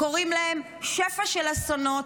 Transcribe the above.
קורים להם שפע של אסונות,